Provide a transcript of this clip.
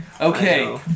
Okay